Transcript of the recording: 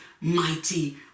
mighty